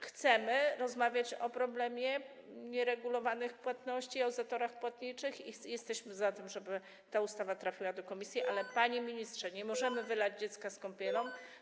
Chcemy rozmawiać o problemie nieregulowanych płatności, o zatorach płatniczych i jesteśmy za tym, żeby ta ustawa trafiła do komisji, ale panie ministrze, nie możemy wylać dziecka z kąpielą.